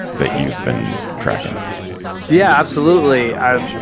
but you've been tracking yeah, absolutely. i and